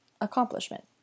accomplishment